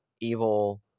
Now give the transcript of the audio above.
evil